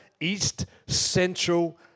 east-central